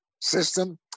system